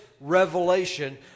revelation